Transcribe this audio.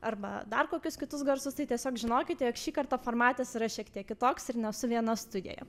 arba dar kokius kitus garsus tai tiesiog žinokite jog šį kartą formatas yra šiek tiek kitoks ir nesu viena studijoje